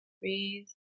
Breathe